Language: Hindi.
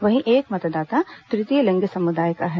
वहीं एक मतदाता तृतीय लिंग समुदाय का है